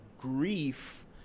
grief